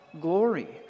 glory